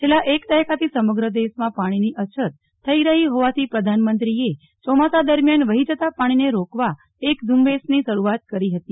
છેલ્લા એક દાયકાથી સમગ્ર દેશમાં પાણીની અછત થઇ રહી હોવાથી પ્રધાનમંત્રીએ ચોમાસા દરમ્યાન વહી જતા પાણીને રોકવા એક ઝુંબેશની શરૂઆત કરી હતી